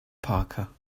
parker